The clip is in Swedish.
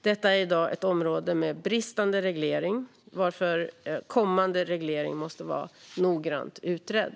Detta är i dag ett område med bristande reglering, varför kommande reglering måste vara noggrant utredd.